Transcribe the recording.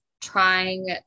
trying